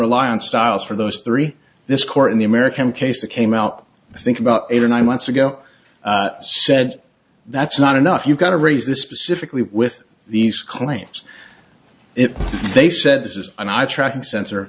rely on styles for those three this court in the american case it came out i think about eight or nine months ago i said that's not enough you've got to raise this specifically with these claims if they said this is an eye tracking sensor